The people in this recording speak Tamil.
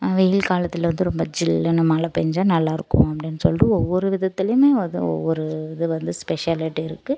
வெயில் காலத்தில் வந்து ரொம்ப ஜில்லுன்னு மழை பெஞ்சா நல்லாயிருக்கும் அப்படின்னு சொல்லிட்டு ஒவ்வொரு விதத்துலையுமே வந்து ஒவ்வொரு இது வந்து ஸ்பெஷாலிட்டி இருக்குது